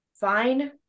fine